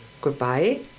Goodbye